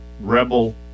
rebel